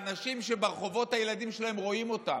האנשים ברחובות, הילדים שלהם רואים אותם.